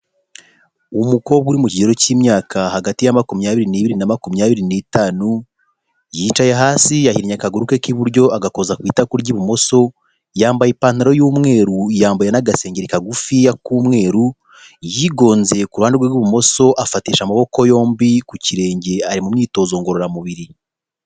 Umukobwa uri mu kigero cy'imyaka hagati ya makumyabiri nibiri na makumyabiri n’itanu, yicaye hasi yahinnye akaguru ke k'iburyo agakoza ku itako ry'ibumoso, yambaye ipantaro y'umweru, yambaye n'agasengeri kagufiya k'umweru. Yigonze ku ruhande rw'ibumoso afatisha amaboko yombi ku kirenge, ari mu myitozo ngororamubiri.